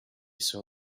saw